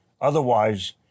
Otherwise